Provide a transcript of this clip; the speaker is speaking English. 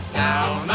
down